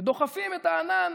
שדוחפים את הענן,